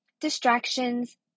Distractions